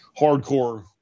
hardcore